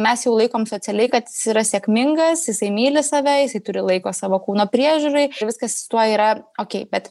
mes jau laikom socialiai kad jis yra sėkmingas jisai myli save jisai turi laiko savo kūno priežiūrai viskas su tuo yra okei bet